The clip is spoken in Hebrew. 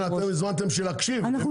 אתם הוזמנתם כדי להקשיב, הבנתי...